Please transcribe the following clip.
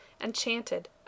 enchanted